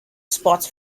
spots